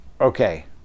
okay